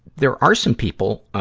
there are some people, ah,